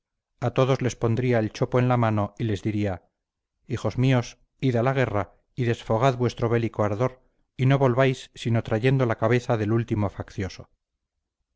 a todos les pondría el chopo en la mano y les diría hijos míos id a la guerra y desfogad vuestro bélico ardor y no volváis sino trayendo la cabeza del último faccioso